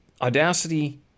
audacity